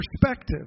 perspective